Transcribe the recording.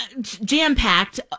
jam-packed